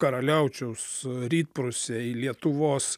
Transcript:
karaliaučiaus rytprūsiai lietuvos